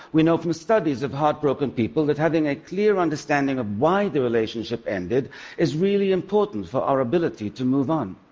we know from studies of heartbroken people that having a clear understanding of why the relationship ended is really important for our ability to move on.